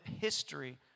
history